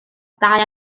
dau